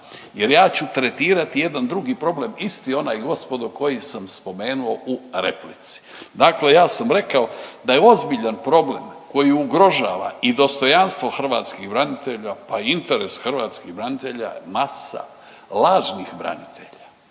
jer ja ću tretirati jedan drugi problem, isti onaj, gospodo, koji sam spomenuo u replici. Dakle, ja sam rekao da je ozbiljan problem koji ugrožava i dostojanstvo hrvatskih branitelja, pa i interes hrvatskih branitelja masa lažnih branitelja.